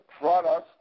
products